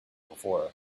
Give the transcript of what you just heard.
before